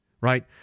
right